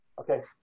Okay